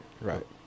right